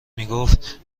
میگفت